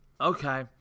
Okay